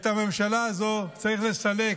את הממשלה הזו צריך לסלק.